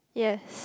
yes